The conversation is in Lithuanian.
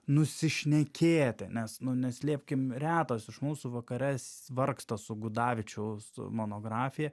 nusišnekėti nes nu neslėpkim retas iš mūsų vakare ss vargsta su gudavičiaus monografija